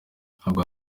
ntabwo